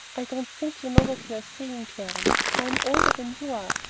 i don't think you know what you are saying, clarence. i'm older than you are.